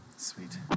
Sweet